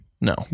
No